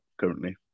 currently